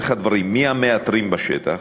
איך הדברים, מי המאתרים בשטח?